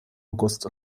august